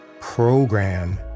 program